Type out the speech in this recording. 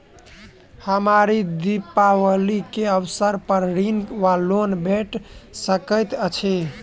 हमरा दिपावली केँ अवसर पर ऋण वा लोन भेट सकैत अछि?